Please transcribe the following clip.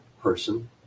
person